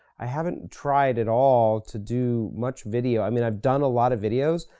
i haven't tried at all to do much video. i mean, i've done a lot of videos,